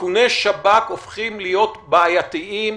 איכוני שב"כ הופכים להיות בעייתיים,